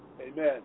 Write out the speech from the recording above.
Amen